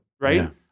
right